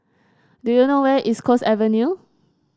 do you know where East Coast Avenue